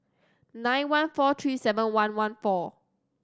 nine one four three seven one one four